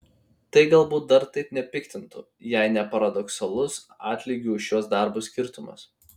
tai galbūt dar taip nepiktintų jei ne paradoksalus atlygių už šiuos darbus skirtumas